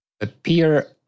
appear